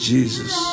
Jesus